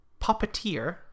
puppeteer